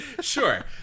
Sure